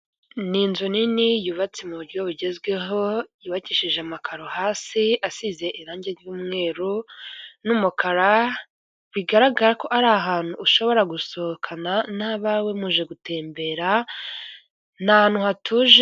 Ni inzu nini yubatse mu buryo bugezweho yubakishije amakaro hasi asize irangi ry'umweru n'umukara, bigaragara ko ari ahantu ushobora gusohokana n'abawe muje gutembera ni ahantu hatuje.